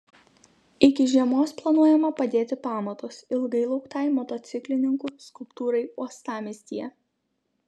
iki žiemos planuojama padėti pamatus ilgai lauktai motociklininkų skulptūrai uostamiestyje